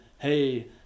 hey